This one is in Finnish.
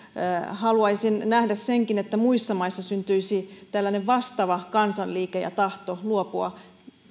haluaisin nähdä senkin että muissa maissa syntyisi tällainen vastaava kansanliike ja tahto luopua